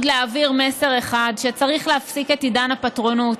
להעביר מסר אחד: שצריך להפסיק את עידן הפטרונות.